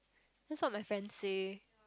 that's what my friend say